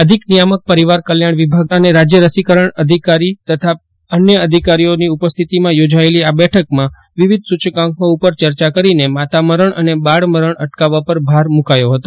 અધિક નિયામક પરિવાર કલ્યાણ વિભાગ રાજ્ય રસીકરણ અધિકારી તથા રાજકોટ વિભાગીય નાયબ નિયામકશ્રીની ઉપસ્થિતિમાં યોજાયેલી આ બેઠકમાં વિવિધ સુચકાંકો પર ચર્ચા કરીને માતા મરણ અને બાળ મરણ અટકાવવા પર ભાર મુકાથી હતો